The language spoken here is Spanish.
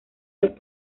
los